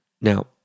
Now